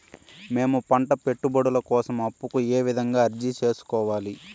మేము పంట పెట్టుబడుల కోసం అప్పు కు ఏ విధంగా అర్జీ సేసుకోవాలి?